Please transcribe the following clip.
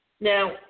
Now